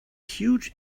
huge